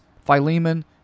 Philemon